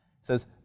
says